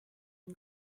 and